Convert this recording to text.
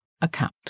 account